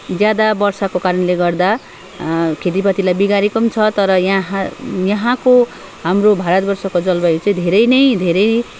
ज्यादा वर्षाको कारणले गर्दा खेतीपातीलाई बिगारेको पनि छ तर यहाँ यहाँको हाम्रो भारतवर्षको जलवायु चाहिँ धेरै नै धेरै